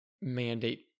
mandate